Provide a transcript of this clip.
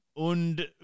und